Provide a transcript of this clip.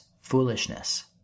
foolishness